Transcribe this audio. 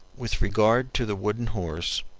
with regard to the wooden horse,